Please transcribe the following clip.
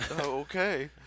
Okay